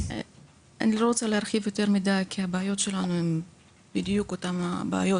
אני לא רוצה להרחיב מדי כי הבעיות שלנו הן בדיוק אותן בעיות